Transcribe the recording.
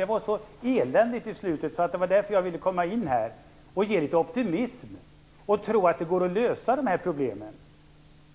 Det var så eländigt i slutet, och det var därför jag ville komma in och ge er litet optimism och en tro på att det går att lösa problemen.